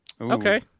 Okay